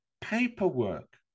paperwork